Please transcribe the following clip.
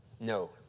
No